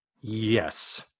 yes